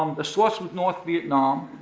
um the source with north vietnam,